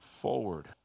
forward